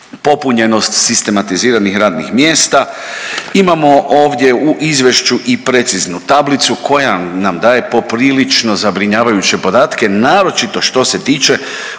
popunjenost sistematiziranih radnih mjesta, imamo ovdje u izvješću i preciznu tablicu koja nam daje poprilično zabrinjavajuće podatke naročito što se tiče